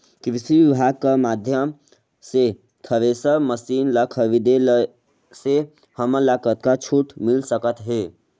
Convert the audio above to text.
कृषि विभाग कर माध्यम से थरेसर मशीन ला खरीदे से हमन ला कतका छूट मिल सकत हे?